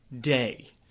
day